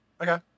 Okay